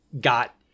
got